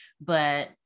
But-